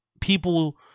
people